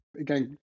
again